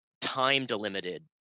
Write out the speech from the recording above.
time-delimited